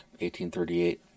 1838